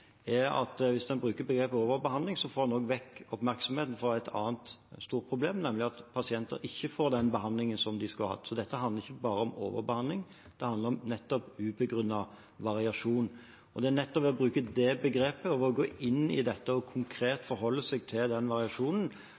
er at hvis en bruker begrepet «overbehandling», tar en vekk oppmerksomheten fra et annet stort problem, nemlig at pasienter ikke får den behandlingen de skulle hatt. Det handler ikke bare om overbehandling, det handler om ubegrunnet variasjon. Det er nettopp ved å bruke det begrepet, gå inn i dette og konkret forholde seg til den variasjonen